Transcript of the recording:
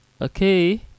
Okay